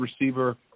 receiver